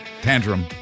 Tantrum